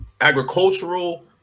agricultural